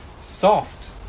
soft